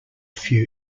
few